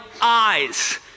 eyes